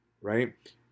right